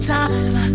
time